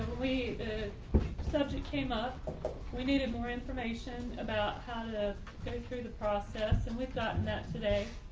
we the subject came ah we needed more information about how to go through the process and without net today,